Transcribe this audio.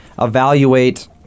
evaluate